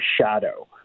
shadow